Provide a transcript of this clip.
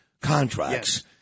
contracts